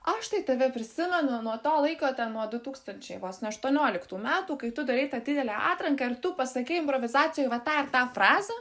aš tai tave prisimenu nuo to laiko ten nuo du tūkstančiai vos ne aštuonioliktų metų kai tu darei tą didelę atranką ir tu pasakei improvizacijoj vat tą ir tą frazę